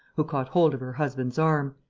who caught hold of her husband's arm.